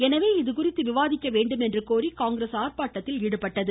எனவே இதுகுநீத்து விவாதிக்க வேண்டும் என்று கோரி காங்கிரஸ் ஆர்பாட்டத்தில் ஈடுபட்டது